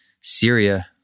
Syria